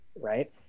Right